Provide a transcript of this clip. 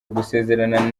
gusezerana